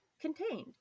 contained